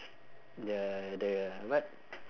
the the what